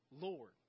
Lord